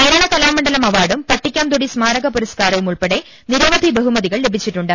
കേരളാ കലാമണ്ഡലം അവാർഡും പട്ടിക്കാംതൊടി സ്മാരക പുരസ്കാ രവും ഉൾപ്പെടെ നിരവധി ബഹുമതികൾ നേടിയിട്ടുണ്ട്